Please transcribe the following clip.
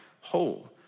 whole